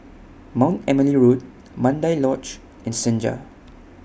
Mount Emily Road Mandai Lodge and Senja